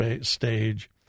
stage